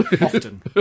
Often